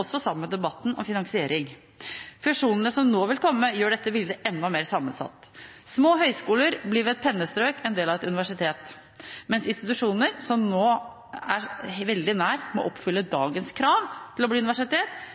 også sammen med debatten om finansiering. Fusjonene som nå vil komme, gjør dette bildet enda mer sammensatt. Små høyskoler blir ved et pennestrøk en del av et universitet, mens institusjoner som er veldig nær ved å oppfylle dagens krav til å bli universitet,